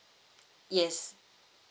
yes